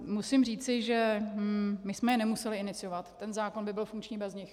Musím říci, že my jsme je nemuseli iniciovat, ten zákon by byl funkční bez nich.